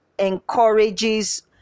encourages